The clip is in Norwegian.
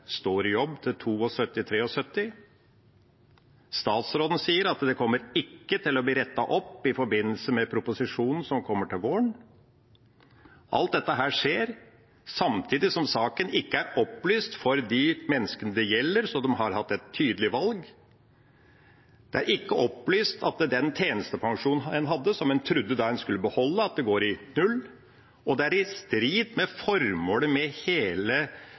står i jobb til en er 72–73 år. Statsråden sier at det ikke kommer til å bli rettet opp i forbindelse med proposisjonen som kommer til våren. Alt dette skjer samtidig som saken ikke er opplyst for de menneskene det gjelder, slik at de har hatt et tydelig valg. Det er ikke opplyst at en med den tjenestepensjonen en hadde, som en trodde en skulle beholde, går i null, og det er i strid med formålet med hele